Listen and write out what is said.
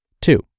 Two